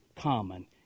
common